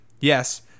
Yes